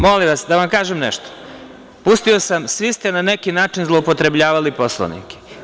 Molim vas, da vam kažem nešto, pustio sam i svi ste na neki način zloupotrebljavali Poslovnik.